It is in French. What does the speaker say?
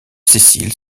sessiles